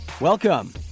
Welcome